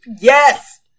yes